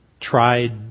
tried